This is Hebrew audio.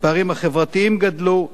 הפערים החברתיים גדלו,